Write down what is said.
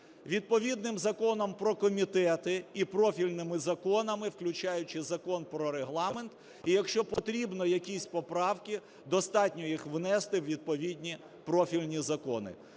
відповідним Законом про комітети і профільними законами, включаючи Закон про Регламент, і якщо потрібно якісь поправки, достатньо їх внести у відповідні профільні закони.